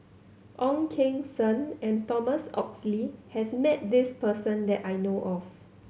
Ong Keng Sen and Thomas Oxley has met this person that I know of